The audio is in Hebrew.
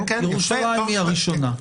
ירושלים היא הראשונה.